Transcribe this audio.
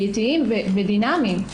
בריאים ודינמיים.